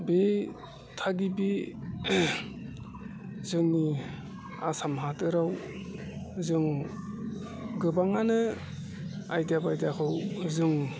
बे थागिबि जोंनि आसाम हादराव जों गोबाङानो आयदा बायदाखौ जों